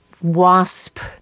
Wasp